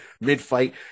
mid-fight